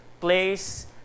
place